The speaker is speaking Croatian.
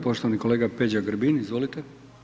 Poštovani kolega Peđa Grbin, izvolite.